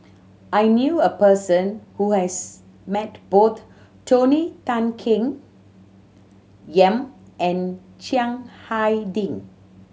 I knew a person who has met both Tony Tan Keng Yam and Chiang Hai Ding